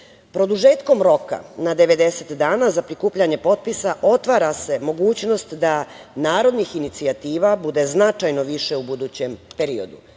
roka na 90 dana za prikupljanje potpisa otvara se mogućnost da narodnih inicijativa bude značajno više u budućem periodu.